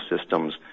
systems